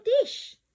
dish